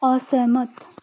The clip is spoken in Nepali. असहमत